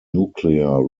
nuclear